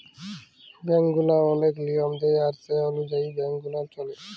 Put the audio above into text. bank গুলা ওলেক লিয়ম দেয় আর সে অলুযায়ী ব্যাংক গুলা চল্যে